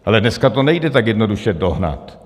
Ale dneska to nejde tak jednoduše dohnat.